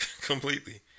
completely